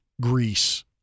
Greece